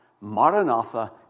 maranatha